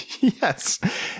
Yes